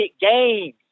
games